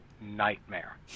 nightmare